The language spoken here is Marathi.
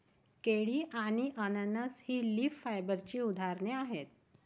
केळी आणि अननस ही लीफ फायबरची उदाहरणे आहेत